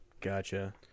gotcha